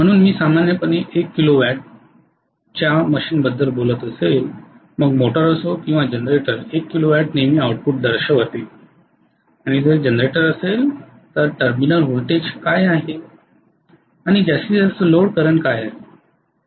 म्हणून मी सामान्यपणे 1 किलो वॅट च्या मशीनबद्दल बोलत असेल मग मोटर असो किंवा जनरेटर 1 किलो वॅट नेहमी आउटपुट दर्शवते आणि जर जनरेटर असेल तर टर्मिनल व्होल्टेज काय आहे आणि जास्तीत जास्त लोड करंट काय आहे